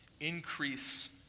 increase